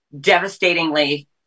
devastatingly